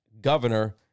Governor